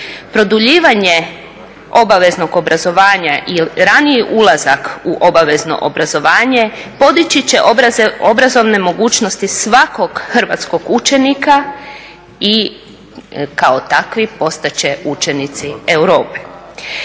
Produljivanje obaveznog obrazovanja i raniji ulazak u obavezno obrazovanje podići će obrazovne mogućnosti svakog hrvatskog učenika i kao takvi postati će učenici Europe.